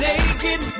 Naked